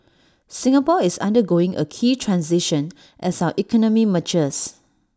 Singapore is undergoing A key transition as our economy matures